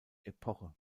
epoche